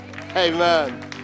Amen